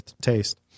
taste